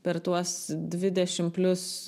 per tuos dvidešim plius